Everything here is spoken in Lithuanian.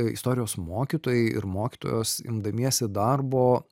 istorijos mokytojai ir mokytojos imdamiesi darbo